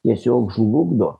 tiesiog žlugdo